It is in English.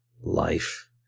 life